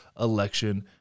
election